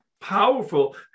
powerful